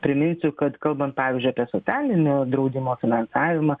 priminsiu kad kalbant pavyzdžiui apie socialinio draudimo finansavimą